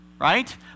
Right